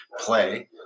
play